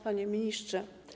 Panie Ministrze!